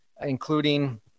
including